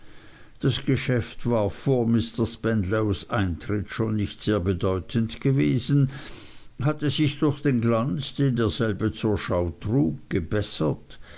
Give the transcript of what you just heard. das geschäft war vor mr spenlows eintritt schon nicht sehr bedeutend gewesen hatte sich durch den glanz den derselbe zur schau trug gebessert